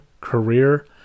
career